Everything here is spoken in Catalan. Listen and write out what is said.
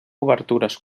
obertures